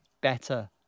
better